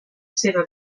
seva